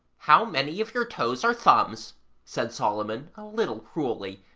how many of your toes are thumbs said solomon a little cruelly,